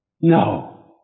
No